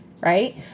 right